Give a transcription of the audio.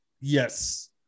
Yes